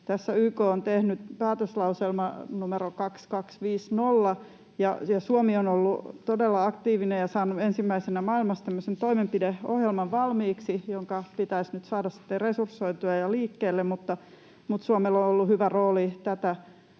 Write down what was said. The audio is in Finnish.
YK on tehnyt päätöslauselman numero 2250, ja Suomi on ollut todella aktiivinen ja saanut ensimmäisenä maailmassa tämmöisen toimenpideohjelman valmiiksi, joka pitäisi nyt saada sitten resursoitua ja liikkeelle. Suomella on ollut hyvä rooli tätä